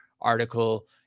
article